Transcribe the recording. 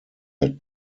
had